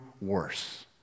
worse